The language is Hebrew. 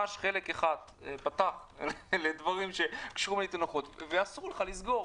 חלק אחד הוא פתח לדברים שקשורים לתינוקות ואסור לו לסגור,